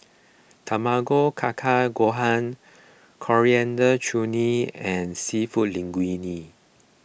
Tamago Kake Gohan Coriander Chutney and Seafood Linguine